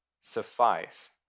suffice